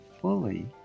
fully